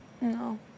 No